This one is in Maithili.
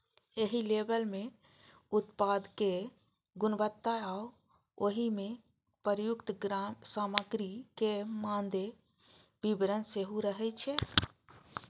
एहि लेबल मे उत्पादक गुणवत्ता आ ओइ मे प्रयुक्त सामग्रीक मादे विवरण सेहो रहै छै